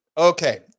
Okay